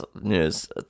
news